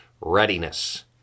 readiness